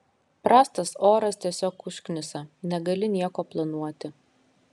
prastas oras tiesiog užknisa negali nieko planuoti